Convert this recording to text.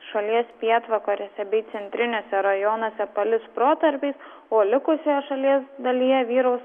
šalies pietvakariuose bei centriniuose rajonuose palis protarpiais o likusioje šalies dalyje vyraus